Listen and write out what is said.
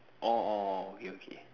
orh orh orh okay okay